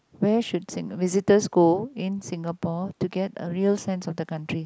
where should singa~ visitors go in Singapore to get a real sense of the country